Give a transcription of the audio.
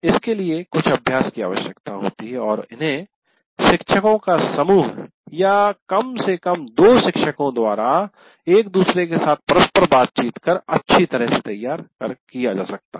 इसके लिए कुछ अभ्यास की आवश्यकता होती है और इन्हें शिक्षकों का समूह या कम से कम 2 शिक्षकों द्वारा एक दूसरे के साथ परस्पर बातचीत कर अच्छी तरह से किया जा सकता है